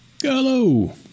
Hello